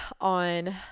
on